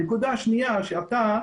הנקודה השנייה שאתה,